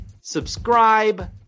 Subscribe